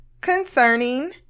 concerning